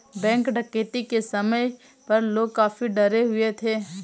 bank डकैती के समय पर लोग काफी डरे हुए थे